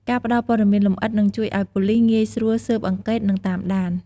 ការផ្ដល់ព័ត៌មានលម្អិតនឹងជួយឲ្យប៉ូលិសងាយស្រួលស៊ើបអង្កេត និងតាមដាន។